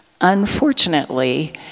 Unfortunately